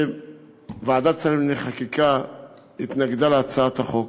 ועדת שרים לענייני חקיקה התנגדה להצעת החוק,